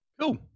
Cool